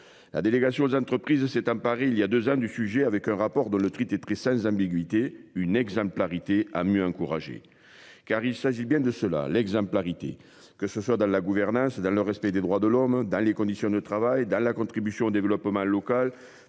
La délégation aux entreprises de à Paris il y a 2 ans du sujet avec un rapport de loterie titré sans ambiguïté une exemplarité à mieux encourager car il s'agit bien de cela, l'exemplarité, que ce soit dans la gouvernance dans le respect des droits de l'homme dans les conditions de travail dans la contribution au développement local